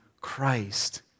Christ